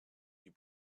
you